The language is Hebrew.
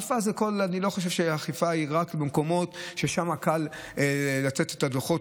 אני לא חושב שאכיפה היא רק במקומות ששם קל לתת את הדוחות,